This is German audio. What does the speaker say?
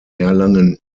erlangen